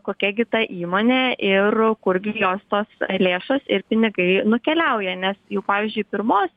kokia gi ta įmonė ir kurgi jos tos lėšos ir pinigai nukeliauja nes jau pavyzdžiui pirmos